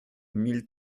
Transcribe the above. mille